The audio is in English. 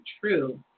true